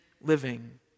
living